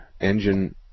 engine